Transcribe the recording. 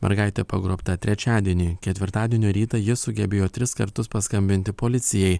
mergaitė pagrobta trečiadienį ketvirtadienio rytą ji sugebėjo tris kartus paskambinti policijai